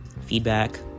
feedback